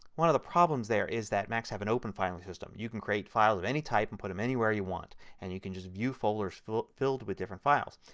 one of the problems there is that macs have an open filing system. you can create files of any type and put them anywhere you want and you can just view folders filled filled with different files.